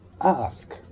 ask